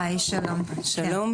שלום,